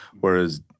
whereas